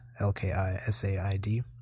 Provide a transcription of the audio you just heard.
L-K-I-S-A-I-D